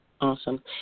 Awesome